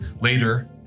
later